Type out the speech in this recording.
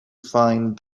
find